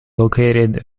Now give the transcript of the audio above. located